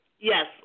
Yes